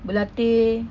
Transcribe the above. berlatih